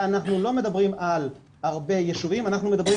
אנחנו לא מדברים על הרבה יישובים, אנחנו מדברים